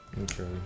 Okay